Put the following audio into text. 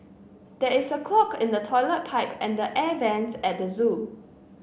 there is a clog in the toilet pipe and the air vents at the zoo